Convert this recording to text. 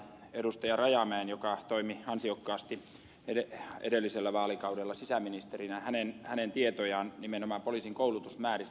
rajamäen joka toimi ansiokkaasti edellisellä vaalikaudella sisäministerinä tietoja nimenomaan poliisin koulutusmääristä